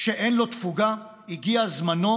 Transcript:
שאין לו תפוגה, הגיע זמנו